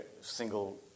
single